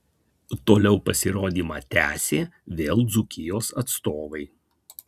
toliau pasirodymą tęsė vėl dzūkijos atstovai